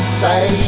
say